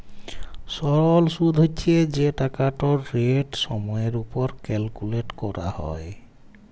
সরল সুদ্ হছে যে টাকাটর রেট সময়ের উপর ক্যালকুলেট ক্যরা হ্যয়